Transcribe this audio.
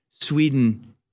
Sweden